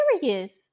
serious